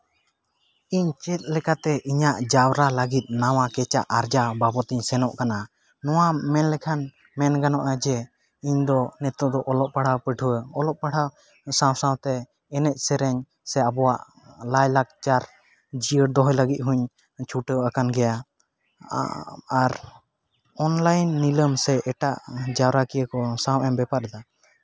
ᱤᱧ ᱪᱮᱫ ᱞᱮᱠᱟᱛᱮ ᱤᱧ ᱤᱧᱟᱹᱜ ᱡᱟᱣᱨᱟ ᱞᱟᱹᱜᱤᱫ ᱱᱟᱣᱟ ᱠᱮᱪᱟᱜ ᱟᱨᱡᱟᱣ ᱵᱟᱵᱚᱫ ᱤᱧ ᱥᱮᱱᱚᱜ ᱠᱟᱱᱟ ᱱᱚᱣᱟ ᱢᱮᱱᱞᱮᱠᱷᱟᱱ ᱢᱮᱱ ᱜᱟᱱᱜᱼᱟ ᱡᱮ ᱤᱧ ᱫᱚ ᱱᱤᱛᱳᱜ ᱫᱚ ᱚᱞᱚᱜ ᱯᱟᱲᱦᱟᱜ ᱯᱟᱹᱴᱷᱩᱣᱟᱹ ᱚᱞᱚᱜ ᱯᱟᱲᱦᱟᱣ ᱥᱟᱶ ᱥᱟᱶᱛᱮ ᱮᱱᱮᱡ ᱥᱮᱨᱮᱧ ᱟᱵᱚᱣᱟᱜ ᱞᱟᱭᱼᱞᱟᱠᱪᱟᱨ ᱡᱤᱭᱟᱹᱲ ᱫᱚᱦᱚᱭ ᱞᱟᱹᱜᱤᱫ ᱦᱚᱸᱧ ᱪᱷᱩᱴᱟᱹᱣ ᱟᱠᱟᱱ ᱜᱮᱭᱟ ᱟᱨ ᱚᱱᱞᱟᱭᱤᱱ ᱱᱤᱞᱟᱹᱢ ᱥᱮ ᱮᱴᱟᱜ ᱡᱟᱣᱨᱟ ᱠᱤᱭᱟᱹ ᱠᱚ ᱥᱟᱶ ᱮᱢ ᱵᱮᱯᱟᱨᱮᱫᱟ